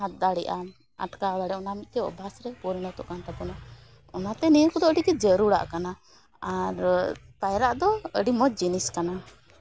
ᱦᱟᱛ ᱰᱟᱲᱮᱜᱼᱟ ᱟᱴᱠᱟᱣ ᱫᱟᱲᱮᱜᱼᱟ ᱚᱱᱟ ᱢᱤᱫᱴᱮᱱ ᱚᱵᱵᱷᱟᱥᱨᱮ ᱯᱚᱨᱤᱱᱚᱛᱚᱜ ᱠᱟᱱ ᱛᱟᱵᱚᱱᱟ ᱚᱱᱟᱛᱮ ᱱᱤᱭᱟᱹᱠᱚ ᱫᱚ ᱟᱹᱰᱤ ᱡᱟᱹᱨᱩᱲᱟᱜ ᱠᱟᱱᱟ ᱟᱨ ᱯᱟᱭᱨᱟᱜᱫᱚ ᱟᱹᱰᱤ ᱢᱚᱡᱽ ᱡᱤᱱᱤᱥ ᱠᱟᱱᱟ